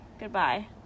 Goodbye